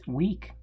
week